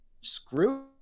screw